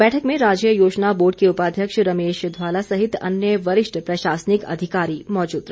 बैठक में राज्य योजना बोर्ड के उपाध्यक्ष रमेश धवाला सहित अन्य वरिष्ठ प्रशासनिक अधिकारी मौजूद रहे